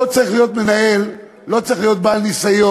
לא צריך להיות מנהל, לא צריך להיות בעל ניסיון,